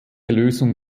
lösung